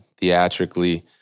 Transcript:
theatrically